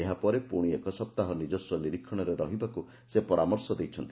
ଏହା ପରେ ପୁଶି ଏକ ସପ୍ତାହ ନିଜସ୍ୱ ନିରୀକ୍ଷଣରେ ରହିବାକୁ ସେ ପରାମର୍ଶ ଦେଇଛନ୍ତି